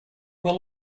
will